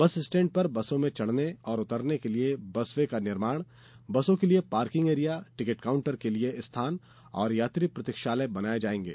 बस स्टैण्ड पर बसों में चढ़ने और उतरने के लिये बस वे का निर्माण बसों के लिये पार्किंग एरिया टिकिट काउंटर के लिये स्थान और यात्री प्रतीक्षालय बनाये जायेंगे